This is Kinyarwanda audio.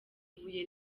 ibuye